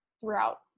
throughout